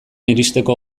iristeko